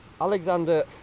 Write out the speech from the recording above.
Alexander